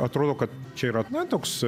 atrodo kad čia yra na toks